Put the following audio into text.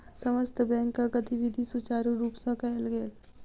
समस्त बैंकक गतिविधि सुचारु रूप सँ कयल गेल